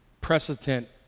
precedent